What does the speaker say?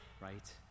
Right